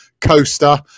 coaster